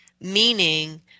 meaning